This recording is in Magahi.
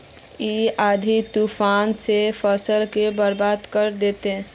इ आँधी तूफान ते फसल के बर्बाद कर देते?